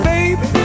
Baby